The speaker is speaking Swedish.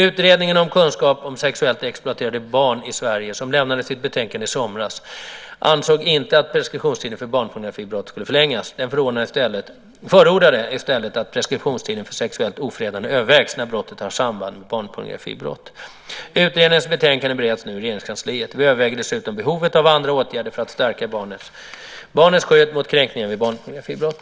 Utredningen om kunskap om sexuellt exploaterade barn i Sverige, som lämnade sitt betänkande i somras, ansåg inte att preskriptionstiden för barnpornografibrottet skulle förlängas. Den förordade i stället att preskriptionstiden för sexuellt ofredande övervägs när brottet har samband med barnpornografibrott. Utredningens betänkande bereds nu i Regeringskansliet. Vi överväger dessutom behovet av andra åtgärder för att stärka barnens skydd mot kränkningar vid barnpornografibrott.